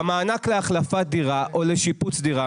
במענק להחלפת דירה או לשיפוץ דירה,